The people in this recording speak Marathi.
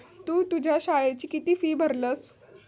तु तुझ्या शाळेची किती फी भरलस?